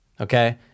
okay